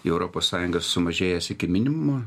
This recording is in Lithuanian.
į europos sąjungą sumažėjęs iki minimumo